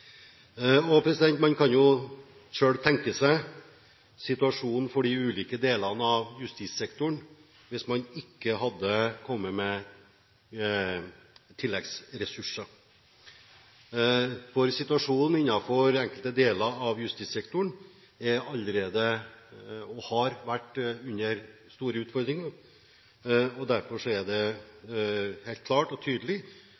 Man kan jo selv tenke seg situasjonen for de ulike delene av justissektoren hvis man ikke hadde kommet med tilleggsressurser, for enkelte deler av justissektoren har allerede – og har hatt – store utfordringer. Derfor er det helt klart og tydelig